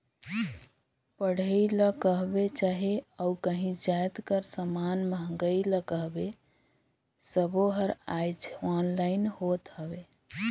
पढ़ई ल कहबे चहे अउ काहीं जाएत कर समान मंगई ल कहबे सब्बों हर आएज ऑनलाईन होत हवें